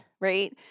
right